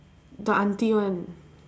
the aunty one